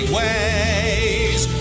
ways